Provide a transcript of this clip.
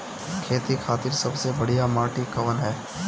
खेती खातिर सबसे बढ़िया माटी कवन ह?